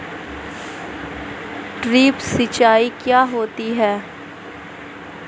Drip सिंचाई क्या होती हैं?